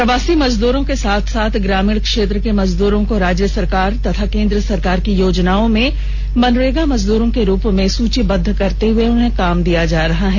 प्रवासी मजदूरों के साथ साथ ग्रामीण क्षेत्र के मजदूरों को राज्य सरकार एवं केंद्र सरकार की योजनाओं में मनरेगा मजदूरों के रूप में सूचीबद्ध करते हुए उन्हें काम दिया जा रहा है